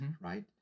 right